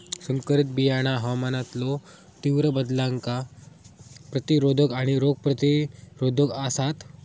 संकरित बियाणा हवामानातलो तीव्र बदलांका प्रतिरोधक आणि रोग प्रतिरोधक आसात